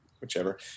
whichever